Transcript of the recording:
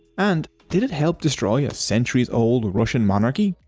and did it help destroy a centuries old russian monarchy?